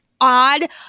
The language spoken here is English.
odd